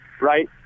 right